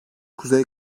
kuzey